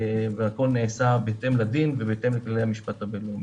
והכול נעשה בהתאם לדין ובהתאם לכללי המשפט הבין-לאומי.